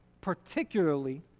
particularly